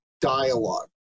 dialogue